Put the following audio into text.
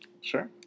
Sure